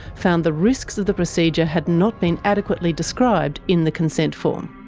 found the risks of the procedure had not been adequately described in the consent form.